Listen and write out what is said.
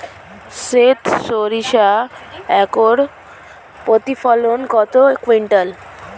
সেত সরিষা একর প্রতি প্রতিফলন কত কুইন্টাল?